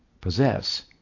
possess